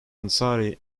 ansari